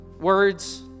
words